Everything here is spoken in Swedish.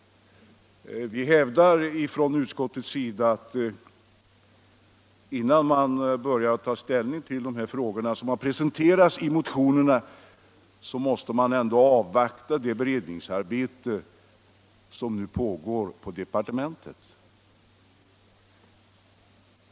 Vi har från utskottets sida hävdat att innan man börjar ta ställning till de frågor som har presenterats i motionerna måste vi avvakta det beredningsarbete som nu pågår i departementet.